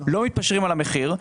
ולא מתפשר על המחיר.